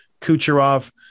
Kucherov